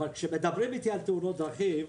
אבל כשמדברים איתי על תאונות דרכים,